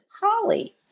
Holly